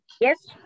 yes